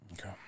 Okay